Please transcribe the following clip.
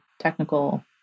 technical